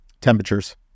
Temperatures